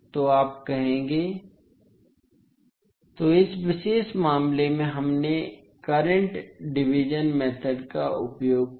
तो आप कहेंगे कि तोइस विशेष मामले में हमने करंट डिवीज़न मेथोड का उपयोग किया है